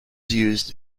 used